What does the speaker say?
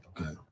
Okay